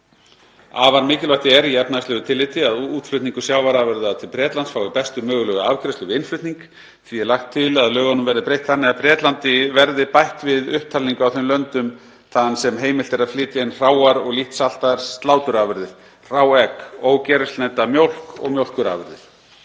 Afar mikilvægt er, í efnahagslegu tilliti, að útflutningur sjávarafurða til Bretlands fái bestu mögulegu afgreiðslu við innflutning. Því er lagt til að lögunum verði breytt þannig að Bretlandi verði bætt við upptalningu á þeim löndum þaðan sem heimilt er að flytja inn hráar og lítt saltaðar sláturafurðir, hrá egg, ógerilsneydda mjólk og mjólkurafurðir.